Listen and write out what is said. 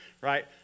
right